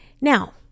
Now